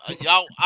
y'all